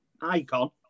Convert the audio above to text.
icon